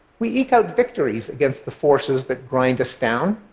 we eke out victories against the forces that grind us down,